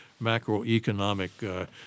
macroeconomic